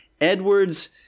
Edwards